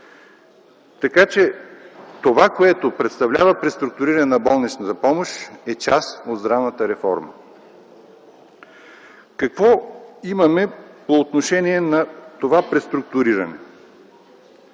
Така че това, което представлява преструктуриране на болничната помощ, е част от здравната реформа. Какво имаме по отношение на това преструктуриране?